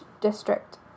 district